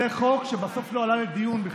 זה חוק שבסוף לא עלה לדיון בכלל.